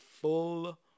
full